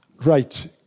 Right